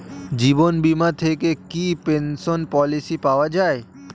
জীবন বীমা থেকে কি পেনশন পলিসি পাওয়া যায়?